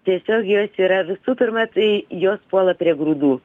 tiesiog jos yra visų pirma tai jos puola prie grūdų